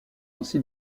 ainsi